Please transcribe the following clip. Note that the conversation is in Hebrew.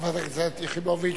חברת הכנסת יחימוביץ,